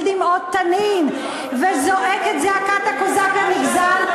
דמעות תנין וזועק את זעקת הקוזק הנגזל,